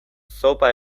zopa